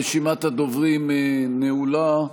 רשימת הדוברים נעולה.